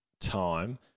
time